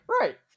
right